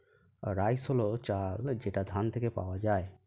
rice হল চাল যেটা ধান থেকে পাওয়া যায়